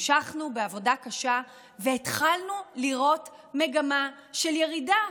המשכנו בעבודה קשה והתחלנו לראות מגמה של ירידה,